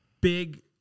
big –